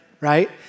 right